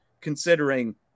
considering